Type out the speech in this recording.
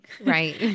Right